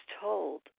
told